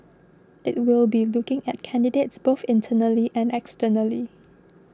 it will be looking at candidates both internally and externally